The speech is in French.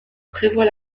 prévoit